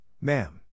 ma'am